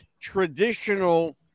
traditional